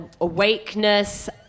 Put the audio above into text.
Awakeness